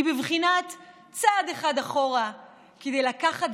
היא בבחינת צעד אחד אחורה כדי לקחת,